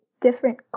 different